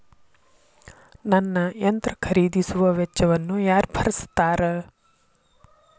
ನನ್ನ ಯಂತ್ರ ಖರೇದಿಸುವ ವೆಚ್ಚವನ್ನು ಯಾರ ಭರ್ಸತಾರ್?